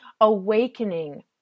awakening